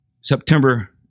September